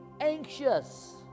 anxious